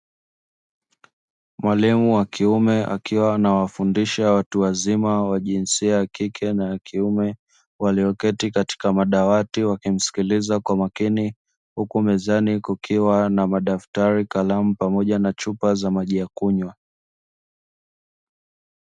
Mwalimu wa kiume, akiwa anawafundisha watu wazima wa jinsia ya kike na kiume walioketi katika madawati, wakimsikiliza kwa makini, huku mezani kukiwa na madaftari, kalamu pamoja na chupa za maji ya kunywa.